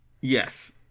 yes